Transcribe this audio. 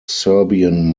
serbian